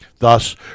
Thus